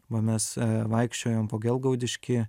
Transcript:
va mes vaikščiojom po gelgaudiškį